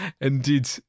indeed